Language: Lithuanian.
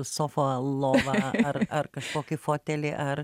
sofą lovą ar ar kažkokį fotelį ar